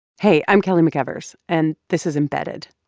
hey, i'm kelly mcevers, and this is embedded.